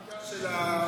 השר,